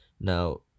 Now